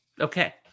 Okay